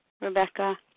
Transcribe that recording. Rebecca